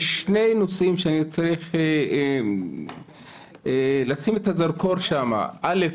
שני נושאים שצריך לשים עליהם את הזרקור אל"ף,